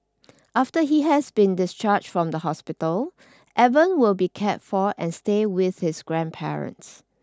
after he has been discharged from the hospital Evan will be cared for and stay with his grandparents